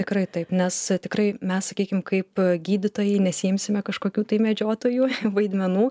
tikrai taip nes tikrai mes sakykim kaip gydytojai nesiimsime kažkokių tai medžiotojų vaidmenų